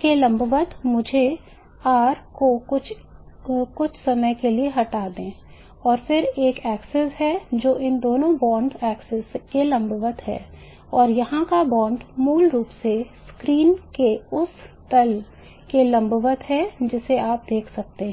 के लंबवत है और यहां का बॉन्ड मूल रूप से स्क्रीन के उस तल के लंबवत है जिसे आप देख रहे हैं